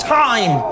time